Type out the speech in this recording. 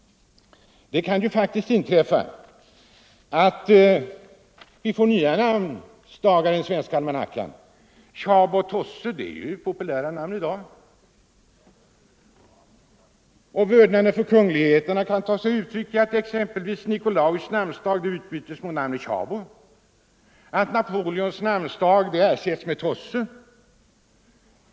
Det kan inträffa att vi får nya namnsdagar i den svenska almanackan. Tjabo och Tosse är ju populära namn i dag, och vördnaden för kungligheter kan ta sig uttryck exempelvis i att Nikolaus utbyts mot namnet Tjabo och Napoleon ersätts med Tosse.